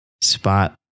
spot